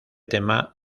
tema